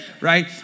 right